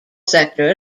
sector